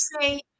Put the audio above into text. say